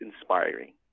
inspiring